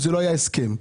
ולא הסכם.